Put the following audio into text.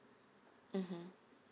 mmhmm